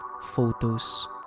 photos